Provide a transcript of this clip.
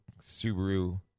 Subaru